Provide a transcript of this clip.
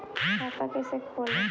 खाता कैसे खोले?